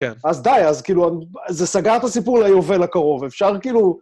כן. ‫-אז די, אז כאילו... אמ... ‫אז זה סגר את הסיפור ליובל הקרוב. ‫אפשר כאילו...